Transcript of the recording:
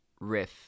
riff